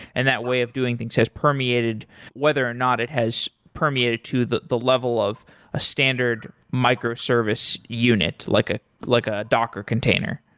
and that way of doing things has permeated whether or not it has permeated to the the level of a standard micro service unit, like ah like a docker container